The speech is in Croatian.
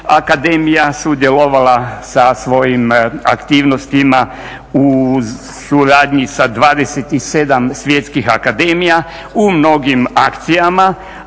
Akademija sudjelovala sa svojim aktivnostima u suradnji sa 27 svjetskih akademija u mnogim akcijama,